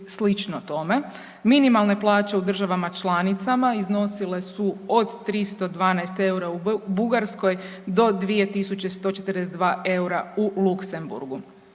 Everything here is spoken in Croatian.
slično tome. Minimalne plaće u državama članicama iznosile su od 312 eura u Bugarskoj do 2142 eura u Luksemburgu.